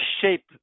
shape